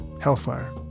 Hellfire